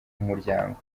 umuryango